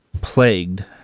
plagued